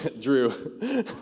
Drew